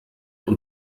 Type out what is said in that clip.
und